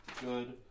good